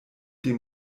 dem